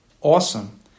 awesome